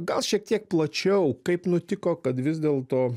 gal šiek tiek plačiau kaip nutiko kad vis dėlto